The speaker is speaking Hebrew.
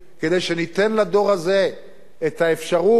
כדי שניתן לדור הזה את האפשרות